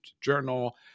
Journal